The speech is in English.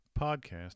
podcast